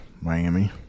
Miami